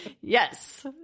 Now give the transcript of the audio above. Yes